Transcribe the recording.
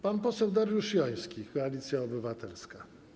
Pan poseł Dariusz Joński, Koalicja Obywatelska.